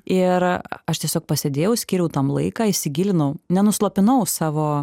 ir aš tiesiog pasėdėjau skyriau tam laiką įsigilinau nenuslopinau savo